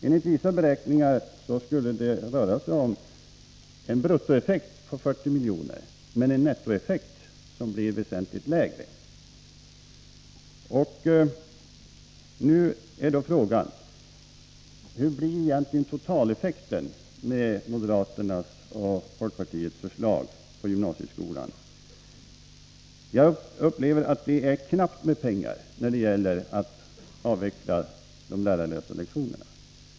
Enligt vissa beräkningar skulle det röra sig om en bruttoeffekt på 40 miljoner, men nettoeffekten blir väsentligt lägre. Hur blir egentligen totaleffekten med moderaternas och folkpartiets förslag när det gäller gymnasieskolan? Jag upplever att det är knappt med pengar då det gäller att avveckla de lärarlösa lektionerna.